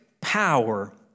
power